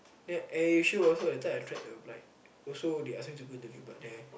then AirAsia also that time I tried to apply also they ask me to go interview but then